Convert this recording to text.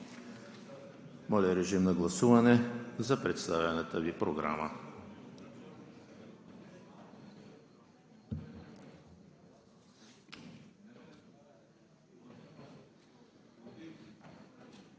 Моля, режим на гласуване за представената Ви програма.